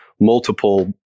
multiple